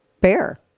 bear